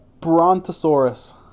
brontosaurus